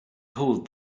hold